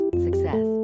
success